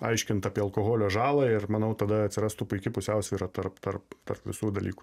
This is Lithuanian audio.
aiškint apie alkoholio žalą ir manau tada atsirastų puiki pusiausvyra tarp tarp tarp visų dalykų